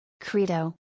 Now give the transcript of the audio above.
Credo